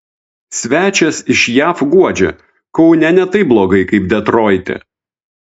svečias iš jav guodžia kaune ne taip blogai kaip detroite